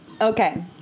Okay